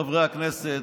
חברי הכנסת,